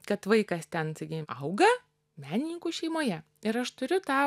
kad vaikas ten sakykim auga menininkų šeimoje ir aš turiu tą